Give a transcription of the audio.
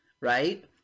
right